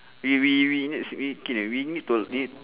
we we we need to see see we kin we need to need